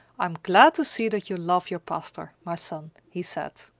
i am glad to see that you love your pastor, my son, he said.